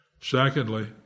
Secondly